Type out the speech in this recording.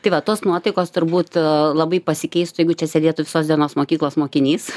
tai va tos nuotaikos turbūt labai pasikeistų jeigu čia sėdėtų visos dienos mokyklos mokinys